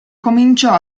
cominciò